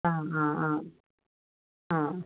ആ ആ ആ ആ